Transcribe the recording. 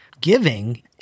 giving